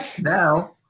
now